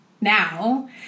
now